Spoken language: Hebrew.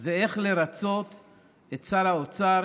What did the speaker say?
זה איך לרצות את שר האוצר,